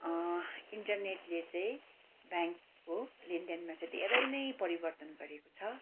इन्टरनेटले चाहिँ ब्याङ्कको लेनदेनमा चाहिँ धेरै नै परिवर्तन गरेको छ